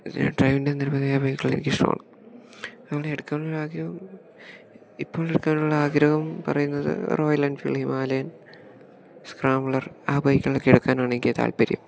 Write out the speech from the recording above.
ട്രയമ്പിൻ്റെ നിരവധിയായ ബൈക്കുകൾ എനിക്കിഷ്ടമാണ് നമക്ക് ഇനി എടുക്കാനുള്ള ആഗ്രഹം ഇപ്പോൾ എടുക്കാനുള്ള ആഗ്രഹം പറയുന്നത് റോയൽ എൻഫീൽഡ് ഹിമാലയൻ സ്ക്രാബ്ളർ ആ ബൈക്കുകളൊക്കെ എടുക്കാനാണെനിക്ക് താല്പര്യം